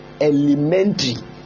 Elementary